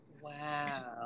Wow